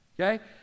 Okay